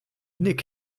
nick